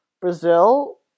Brazil